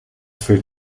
fällt